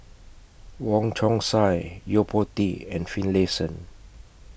Wong Chong Sai Yo Po Tee and Finlayson